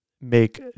make